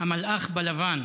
המלאך בלבן,